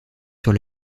sur